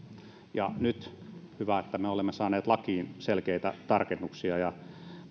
nyt on hyvä että me olemme saaneet lakiin selkeitä tarkennuksia ja